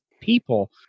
people